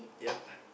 yup